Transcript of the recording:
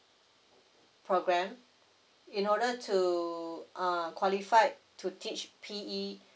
program in order to uh qualified to teach P_E